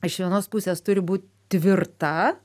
iš vienos pusės turi būt tvirta